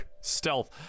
stealth